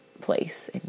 place